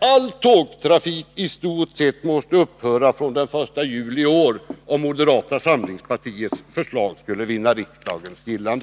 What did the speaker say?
All tågtrafik måste där i stor utsträckning upphöra från den 1 juli i år, om moderata samlingspartiets förslag skulle vinna riksdagens gillande.